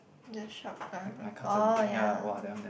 the shotgun ah orh ya